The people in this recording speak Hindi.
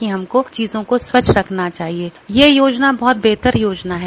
कि हमको चीजों को स्वच्छ रखना चाहिए यह योजना एक बेहतर योजना है